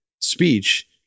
speech